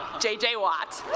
j j. watt.